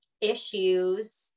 issues